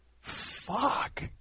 Fuck